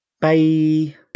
Bye